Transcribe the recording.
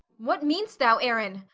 what mean'st thou, aaron?